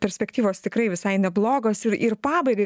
perspektyvos tikrai visai neblogos ir ir pabaigai